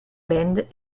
band